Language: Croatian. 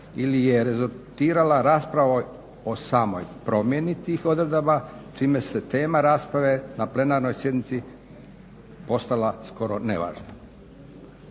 ili je rezultirala raspravom o samoj promjeni tih odredaba čime se tema rasprave na plenarnoj sjednici ostala skoro nevažna.